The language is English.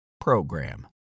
program